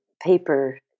paper